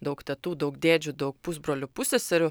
daug tetų daug dėdžių daug pusbrolių pusseserių